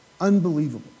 unbelievable